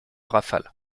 rafale